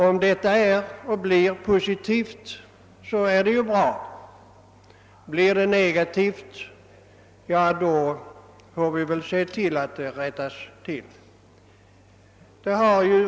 Om detta blir positivt är det ju bra, men blir det negativt får vi rätta till förhållandet.